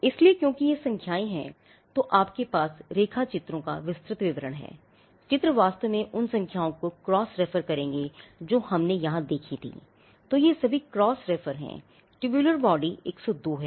इसलिए क्योंकि ये संख्याएँ हैं तो आपके पास रेखाचित्रों का विस्तृत विवरण है चित्र वास्तव में उन संख्याओं को क्रास रेफर हैं ट्यूबलर बॉडी 102 है